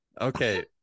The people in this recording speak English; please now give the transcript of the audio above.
Okay